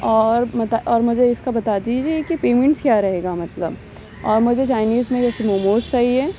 اور اور مجھے اِس کا بتا دیجیے کہ پیمینٹس کیا رہے گا مطلب اور مجھے چائینیز میں ویسے موموز چاہیے